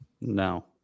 No